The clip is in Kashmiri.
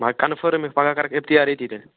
مگر کنفٲرٕم یِنہٕ پگاہ کَرکھ اِفتِیار ییٚتی تیٚلہِ